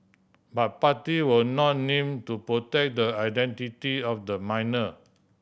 but party will not name to protect the identity of the minor